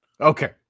Okay